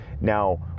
Now